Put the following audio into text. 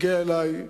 הגיע אלי,